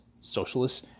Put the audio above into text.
socialists